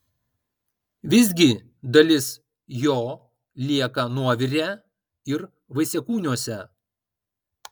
visgi dalis jo lieka nuovire ir vaisiakūniuose